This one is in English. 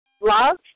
love